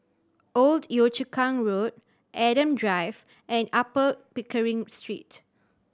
Old Yio Chu Kang Road Adam Drive and Upper Pickering Street